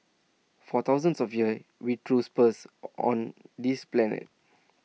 for thousands of years we threw spears on this planet